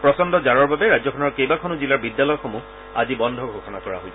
প্ৰচণ্ড জাৰৰ বাবে ৰাজ্যখনৰ কেইবাখনো জিলাৰ বিদ্যালয়সমূহ আজি বন্ধ ঘোষণা কৰা হৈছে